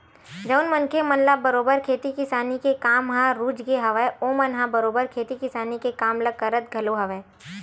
जउन मनखे मन ल बरोबर खेती किसानी के काम ह रुचगे हवय ओमन ह बरोबर खेती किसानी के काम ल करत घलो हवय